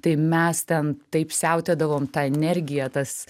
tai mes ten taip siautėdavom ta energija tas